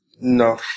No